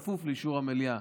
בכפוף לאישור המליאה,